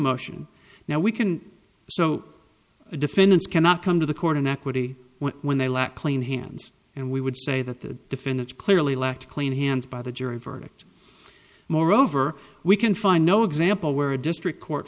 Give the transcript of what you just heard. motion now we can so the defendants cannot come to the court in equity when they lack clean hands and we would say that the defendants clearly lacked clean hands by the jury verdict moreover we can find no example where a district court